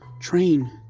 Train